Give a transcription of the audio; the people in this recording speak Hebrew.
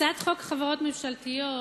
הצעת חוק החברות הממשלתיות